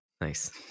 Nice